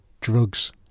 drugs